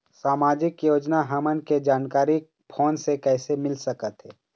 सामाजिक योजना हमन के जानकारी फोन से कइसे मिल सकत हे?